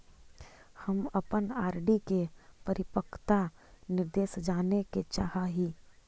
हम अपन आर.डी के परिपक्वता निर्देश जाने के चाह ही